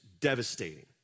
devastating